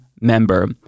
member